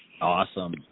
Awesome